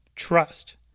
trust